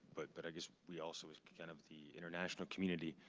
but but i guess we also as kind of the international community,